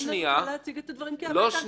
אני רוצה להציג את הדברים כהווייתם,